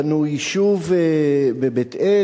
בנו יישוב בבית-אל,